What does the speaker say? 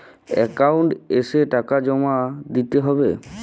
Account এসে টাকা জমা দিতে হবে?